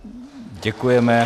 Děkujeme.